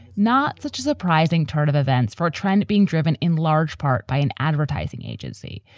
not such a surprising turn of events for a trend being driven in large part by an advertising agency.